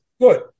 Good